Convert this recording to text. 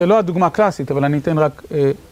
זה לא הדוגמה הקלאסית, אבל אני אתן רק...